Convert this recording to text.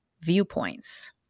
viewpoints